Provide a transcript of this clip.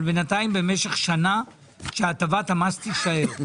אבל בינתיים במשך שנה, שהטבת המס תישאר.